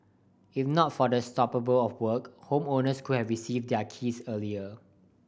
if not for the stoppable of work homeowners could have received their keys earlier